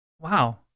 Wow